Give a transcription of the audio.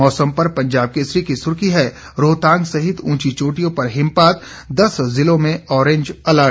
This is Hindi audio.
मौसम पर पंजाब केसरी की सुर्खी है रोहतांग सहित उंची चोटियों पर हिमपात दस जिलों में ओरैंज अलर्ट